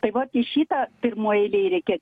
tai vat į šitą pirmoj eilėj reikia